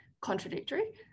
contradictory